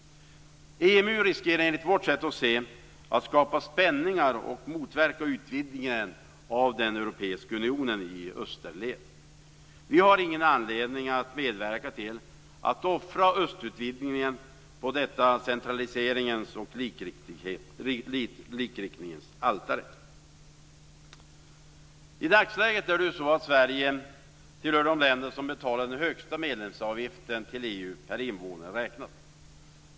EMU riskerar enligt vårt sätt att se det att skapa spänningar som motverkar utvidgningen av den europeiska unionen i österled. Vi har ingen anledning att medverka till att man offrar östutvidgningen på detta centraliseringens och likriktningens altare. I dagsläget tillhör Sverige de länder som betalar den högsta medlemsavgiften till EU räknat per invånare.